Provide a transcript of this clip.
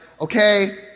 okay